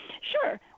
Sure